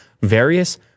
various